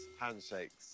handshakes